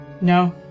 No